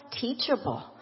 teachable